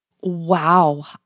Wow